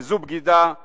וזו בגידה לשמה.